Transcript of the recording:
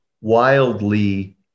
wildly